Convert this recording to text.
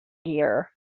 gear